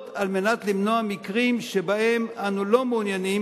כדי למנוע מקרים שבהם אנו לא מעוניינים